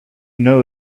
know